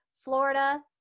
Florida